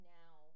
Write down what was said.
now